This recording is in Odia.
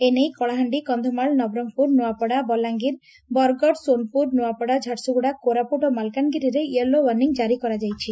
ଏନେଇ କଳାହାଣ୍ଡି କକ୍ଷମାଳ ନବରଙ୍ଙପୁର ନୁଆପଡ଼ା ବଲାଙ୍ଗିର ବରଗଡ଼ ସୋନପୁର ଝାରସୁଗୁଡ଼ା କୋରାପୁଟ ଓ ମାଲକାନଗିରିରେ ୟେଲୋ ଓ୍ୱାର୍ଶ୍ୱିଂ ଜାରି କରାଯାଇଛି